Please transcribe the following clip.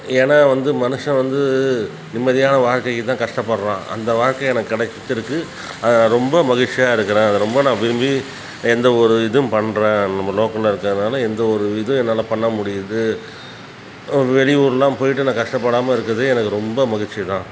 ஏன்னா வந்து மனுஷன் வந்து நிம்மதியான வாழ்க்கைக்கு தான் கஷ்டப்படுறான் அந்த வாழ்க்கை எனக்கு கெடைச்சிருக்கு ரொம்ப மகிழ்ச்சியா இருக்கிறேன் ரொம்ப நான் விரும்பி எந்த ஒரு இதுவும் பண்றே நம்ம லோக்கலில் இருக்கிறதுனால எந்த ஒரு இதுவும் என்னால் பண்ண முடியுது அப்புறம் வெளியூர்லாம் போய்ட்டு நான் கஷ்டப்படாமல் இருக்கிறது எனக்கு ரொம்ப மகிழ்ச்சி தான்